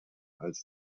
als